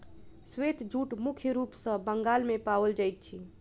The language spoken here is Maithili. श्वेत जूट मुख्य रूप सॅ बंगाल मे पाओल जाइत अछि